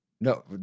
No